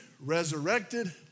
resurrected